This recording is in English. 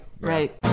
right